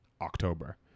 October